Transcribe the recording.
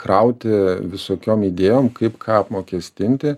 krauti visokiom idėjom kaip ką apmokestinti